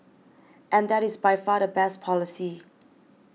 and that is by far the best policy